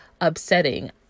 upsetting